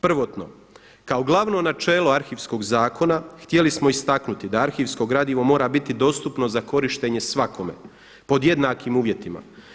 Prvotno kao glavno načelo Arhivskog zakona htjeli smo istaknuti da arhivsko gradivo mora biti dostupno za korištenje svakome pod jednakim uvjetima.